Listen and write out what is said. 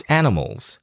animals